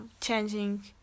changing